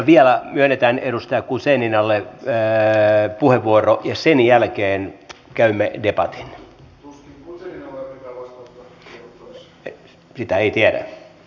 vielä myönnetään edustaja guzeninalle puheenvuoro ja sen jälkeen käymme debatin